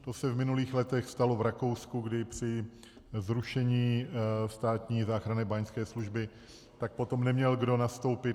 To se v minulých letech stalo v Rakousku, kdy při zrušení státní záchranné báňské služby potom neměl kdo nastoupit.